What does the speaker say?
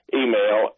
email